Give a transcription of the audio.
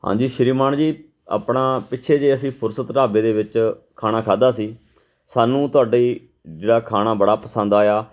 ਹਾਂਜੀ ਸ਼੍ਰੀਮਾਨ ਜੀ ਆਪਣਾ ਪਿੱਛੇ ਜੇ ਅਸੀਂ ਫੁਰਸਤ ਢਾਬੇ ਦੇ ਵਿੱਚ ਖਾਣਾ ਖਾਧਾ ਸੀ ਸਾਨੂੰ ਤੁਹਾਡੀ ਜਿਹੜਾ ਖਾਣਾ ਬੜਾ ਪਸੰਦ ਆਇਆ